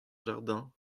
jardin